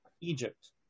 Egypt